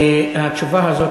התשובה הזאת,